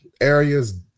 areas